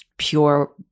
pure